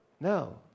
No